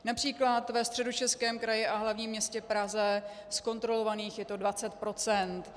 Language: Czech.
Například ve Středočeském kraji a hlavním městě Praze z kontrolovaných je to 20 %.